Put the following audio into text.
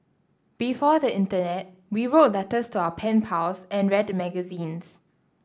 before the internet we wrote letters to our pen pals and read magazines